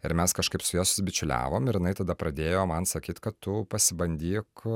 ir mes kažkaip su ja susibičiuliavom ir jinai tada pradėjo man sakyti kad tu pasibandyk